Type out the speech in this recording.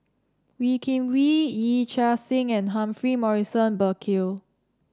Wee Kim Wee Yee Chia Hsing and Humphrey Morrison Burkill